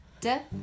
death